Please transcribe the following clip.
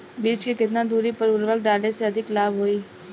बीज के केतना दूरी पर उर्वरक डाले से अधिक लाभ होई?